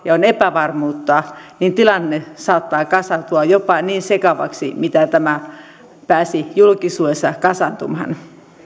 ja on epävarmuutta niin tilanne saattaa kasaantua jopa niin sekavaksi kuin mitä tämä pääsi julkisuudessa kasaantumaan